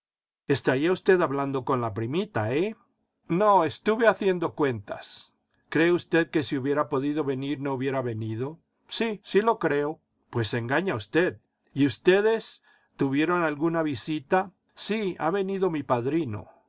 estaría usted hablando con la primita eh no estuve haciendo cuentas cree usted que si hubiera podido venir no hubiera venido sí sí lo creo pues se engaña usted y ustedes tuvieron alguna visita sí ha venido mi padrino